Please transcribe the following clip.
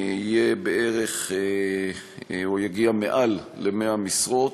יהיה בערך, או יגיע מעל ל-100 משרות.